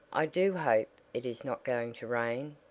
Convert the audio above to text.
i do hope it is not going to rain!